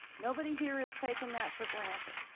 nobody here is taking that for granted.